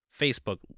Facebook